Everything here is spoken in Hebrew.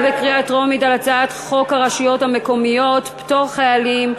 על הצעת חוק הרשויות המקומיות (פטור חיילים,